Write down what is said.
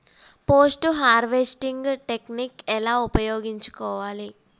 Post harvesting technique ఎలా ఉపయోగించుకోవాలి?